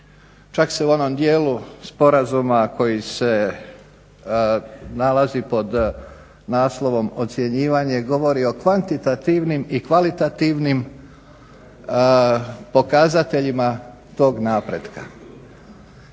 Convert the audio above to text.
Čak se u onom dijelu sporazuma koji se nalazi pod naslovom ocjenjivanje govori o kvantitativnim i kvalitativnim pokazateljima tog napretka.